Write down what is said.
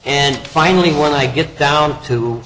and finally when i get down to